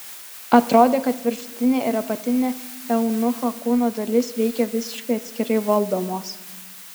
atrodė kad viršutinė ir apatinė eunucho kūno dalys veikė visiškai atskirai valdomos